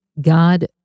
God